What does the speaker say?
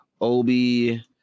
Obi